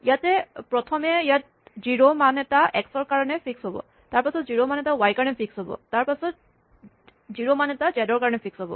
ইয়াত প্ৰথমে ইয়াত জিৰ' মান এটা এক্স ৰ কাৰণে ফিক্স হ'ব তাৰপাছত জিৰ' মান এটা ৱাই ৰ কাৰণে ফিক্স হ'ব জিৰ' মান এটা জেড ৰ কাৰণে ফিক্স হ'ব